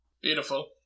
Beautiful